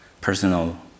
personal